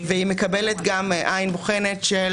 היא מקבלת גם עין בוחנת של